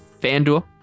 FanDuel